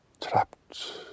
trapped